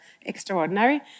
extraordinary